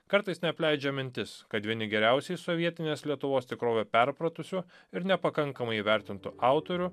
kartais neapleidžia mintis kad vieni geriausiai sovietinės lietuvos tikrovę perpratusių ir nepakankamai įvertintų autorių